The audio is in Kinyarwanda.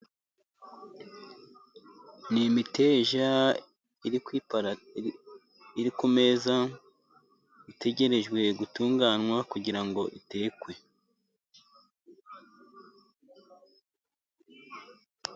Ni imiteja iri ku meza, itegereje gutunganywa kugira ngo itekwe.